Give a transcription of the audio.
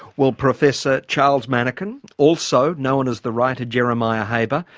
well professor charles manekin, also known as the writer jeremiah haber,